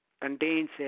contains